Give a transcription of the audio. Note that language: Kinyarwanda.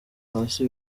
hasi